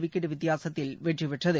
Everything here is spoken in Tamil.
விக்கெட் வித்தியாசத்தில் வெற்றி பெற்றது